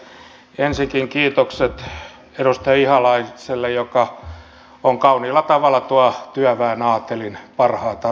ensinkin kiitokset edustaja ihalaiselle joka kauniilla tavalla tuo työväen aatelin parhaat arvot tähän keskusteluun